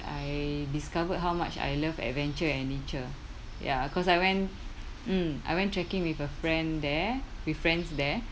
I discovered how much I love adventure and nature ya cause I went mm I went trekking with a friend there with friends there